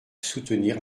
soutenir